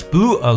Blue